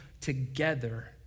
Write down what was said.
together